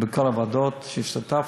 בכל הוועדות שהשתתפתי.